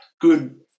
good